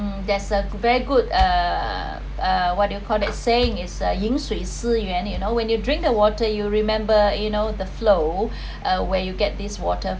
there's a very good err what do you call that saying is 饮水思源 you know when you drink the water you remember you know the flow uh where you get this water